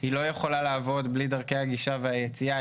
היא לא יכולה לעבוד בלי דרכי הגישה והיציאה.